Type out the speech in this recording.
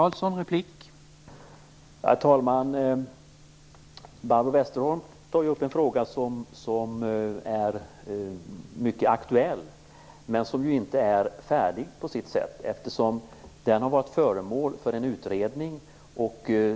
Herr talman! Barbro Westerholm tar upp en fråga som är mycket aktuell, men den är på sitt sätt inte färdig. Den har ju varit föremål för en utredning.